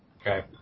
Okay